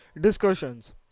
discussions